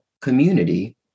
community